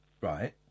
Right